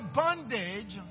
bondage